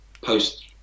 post